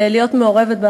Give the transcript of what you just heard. ולהיות מעורבת,